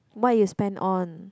what you spend on